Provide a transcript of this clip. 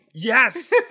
Yes